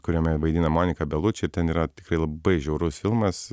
kuriame vaidina monika beluči ir ten yra tikrai labai žiaurus filmas